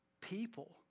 people